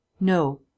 No